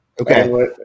Okay